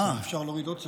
אה, אפשר להוריד עוד קצת.